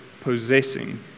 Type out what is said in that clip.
possessing